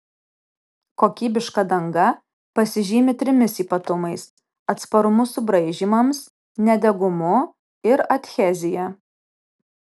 kokybiška danga pasižymi trimis ypatumais atsparumu subraižymams nedegumu ir adhezija